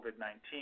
COVID-19